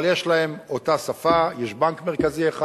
אבל יש להן אותה שפה, יש בנק מרכזי אחד.